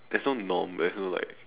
there is no norm there is no like